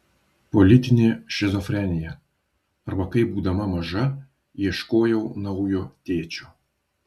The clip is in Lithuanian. politinė šizofrenija arba kaip būdama maža ieškojau naujo tėčio